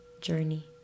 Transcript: journey